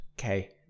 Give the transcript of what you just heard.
Okay